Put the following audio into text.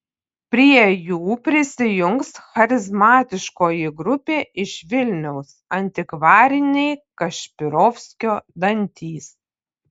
prie jų prisijungs charizmatiškoji grupė iš vilniaus antikvariniai kašpirovskio dantys